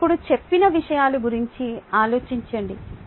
మీరు ఇప్పుడు చెప్పిన విషయాలు గురించి ఆలోచించండి